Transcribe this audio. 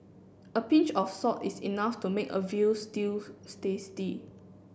a pinch of salt is enough to make a veal stew tasty